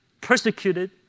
persecuted